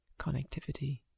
connectivity